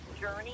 journey